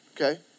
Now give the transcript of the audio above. Okay